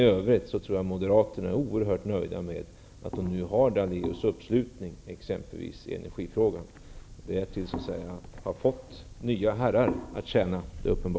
I övrigt tror jag att moderaterna är oerhört nöjda med Lennart Daléus anslutning i t.ex. energifrågan. Det är uppenbart att han har fått nya herrar att tjäna.